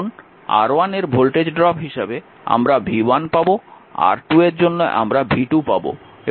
কারণ R1 এর voltage drop হিসাবে আমরা v1 পাব R2 এর জন্য আমরা v2 পাব